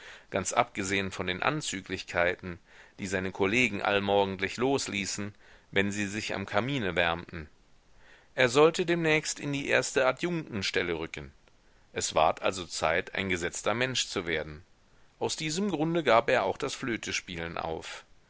ganz abgesehen von den anzüglichkeiten die seine kollegen allmorgendlich losließen wenn sie sich am kamine wärmten er sollte demnächst in die erste adjunktenstelle rücken es ward also zeit ein gesetzter mensch zu werden aus diesem grunde gab er auch das flötespielen auf